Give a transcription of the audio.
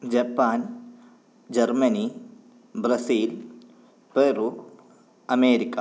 Japan Germany Brazil Peru America